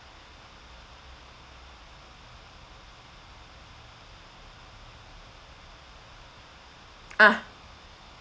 ah